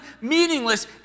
meaningless